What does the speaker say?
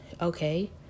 okay